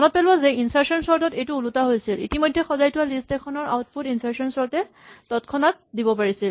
মনত পেলোৱা যে ইনচাৰ্চন চৰ্ট ত এইটো ওলোটা হৈছিল ইতিমধ্যে সজাই থোৱা লিষ্ট এখনৰ আউটপুট ইনচাৰ্চন চৰ্ট এ তৎক্ষণাৎ দিব পাৰিছিল